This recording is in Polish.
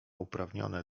uprawnione